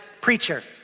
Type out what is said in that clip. preacher